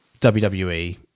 WWE